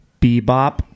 Bebop